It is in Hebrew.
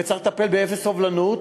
וצריך לטפל באפס סובלנות,